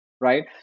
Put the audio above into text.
right